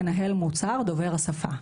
צריך מנהל מוצר דובר השפה.